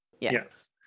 Yes